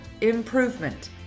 improvement